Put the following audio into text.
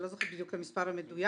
אני לא זוכרת בדיוק את המספר המדויק,